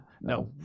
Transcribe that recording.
No